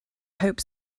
hope